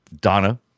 Donna